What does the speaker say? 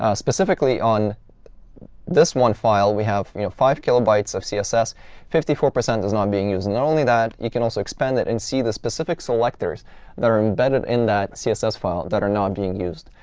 ah specifically on this one file, we have five kilobytes of css. fifty four percent is not being used. and not only that, you can also expand it and see the specific selectors that are embedded in that css file that are not being used.